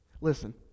Listen